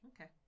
Okay